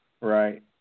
Right